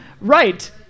right